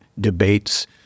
debates